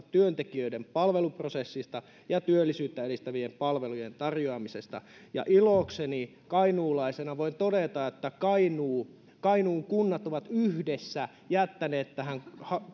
työntekijöiden palveluprosessista ja työllisyyttä edistävien palvelujen tarjoamisesta ilokseni kainuulaisena voin todeta että kainuun kainuun kunnat ovat yhdessä jättäneet tähän